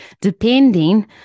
depending